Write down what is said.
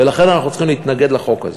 ולכן אנחנו צריכים להתנגד לחוק הזה,